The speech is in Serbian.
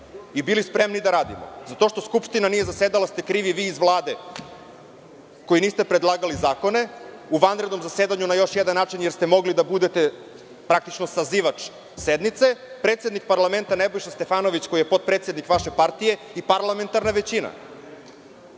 i bili spremni da radimo. Za to što skupština nije zasedala ste krivi vi iz Vlade koji niste predlagali zakone u vanrednom zasedanju jer ste mogli da budete praktično sazivač sednice, predsednik parlamenta Nebojša Stefanović, koji je potpredsednik vaše partije i parlamentarna većina.